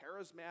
charismatic